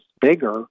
bigger